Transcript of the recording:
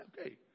okay